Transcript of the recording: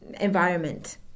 environment